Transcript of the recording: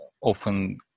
often